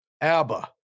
ABBA